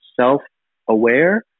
self-aware